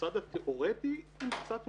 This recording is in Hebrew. בצד התאורטי עם קצת עובדות.